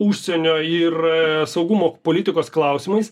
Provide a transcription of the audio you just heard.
užsienio ir saugumo politikos klausimais